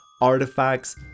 artifacts